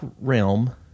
realm